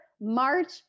March